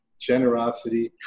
generosity